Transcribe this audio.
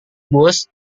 bus